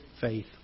Faith